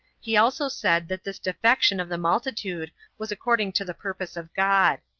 he also said that this defection of the multitude was according to the purpose of god.